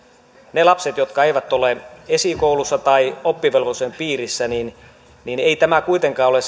niille lapsille jotka eivät ole esikoulussa tai oppivelvollisuuden piirissä ei tämä kuitenkaan ole